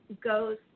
goes